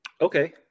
Okay